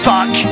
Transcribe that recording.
Fuck